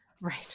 Right